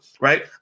right